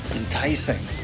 enticing